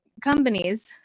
companies